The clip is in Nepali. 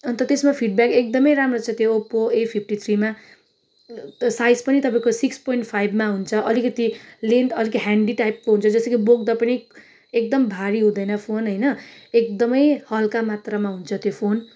अन्त त्यसमा फिडब्याक एकदमै राम्रो छ त्यो ओप्पो ए फिफ्टी थ्रीमा साइज पनि तपाईँ सिक्स पोइन्ट फाइभमा हुन्छ अलिकिति लेन्थ अलिक ह्यान्डी टाइपको हुन्छ जस्तो कि बोक्दा पनि एकदम भारी हुँदैन फोन होइन एकदमै हल्का मात्रमा हुन्छ त्यो फोन